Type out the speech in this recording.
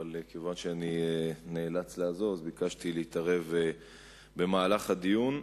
אבל מכיוון שאני נאלץ לעזוב ביקשתי להתערב במהלך הדיון.